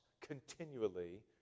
continually